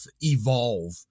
evolve